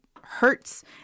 hurts